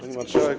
Pani Marszałek!